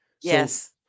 Yes